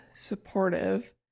supportive